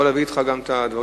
התש"ע